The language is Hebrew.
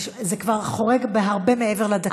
זה כבר חורג הרבה מעבר לדקה.